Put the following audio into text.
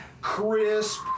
crisp